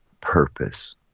purpose